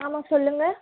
ஆமாம் சொல்லுங்கள்